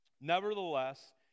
Nevertheless